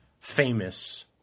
famous